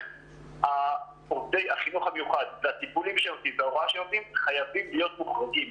עובדי החינוך המיוחד והטיפולים וההוראה שנותנים חייבים להיות מוחרגים.